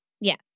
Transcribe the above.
Yes